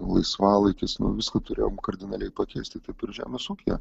laisvalaikis nuo visko turėjom kardinaliai pakeisti taip ir žemės ūkyje